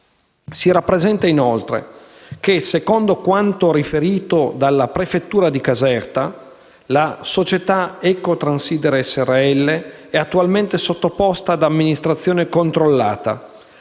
Si rappresenta, inoltre, che, secondo quanto riferito dalla prefettura di Caserta, la società Eco Transider Srl è attualmente sottoposta ad amministrazione controllata,